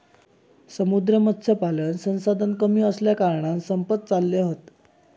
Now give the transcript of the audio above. समुद्री मत्स्यपालन संसाधन कमी असल्याकारणान संपत चालले हत